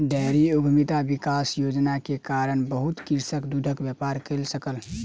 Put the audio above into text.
dairy उद्यमिता विकास योजना के कारण बहुत कृषक दूधक व्यापार कय सकल